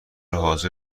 حاضر